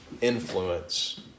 influence